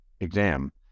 exam